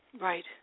Right